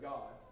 God